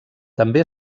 també